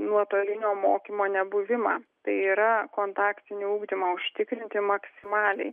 nuotolinio mokymo nebuvimą tai yra kontaktinį ugdymą užtikrinti maksimaliai